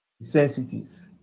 sensitive